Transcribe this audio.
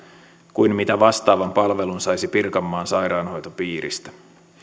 kuin vastaavan palvelun saisi pirkanmaan sairaanhoitopiiristä